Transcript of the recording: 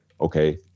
okay